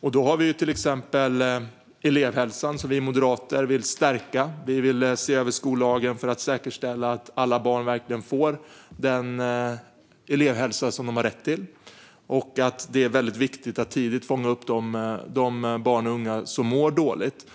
Vi moderater vill till exempel stärka elevhälsan. Vi vill se över skollagen för att säkerställa att alla barn verkligen får den elevhälsa de har rätt till. Det är väldigt viktigt att tidigt fånga upp de barn och unga som mår dåligt.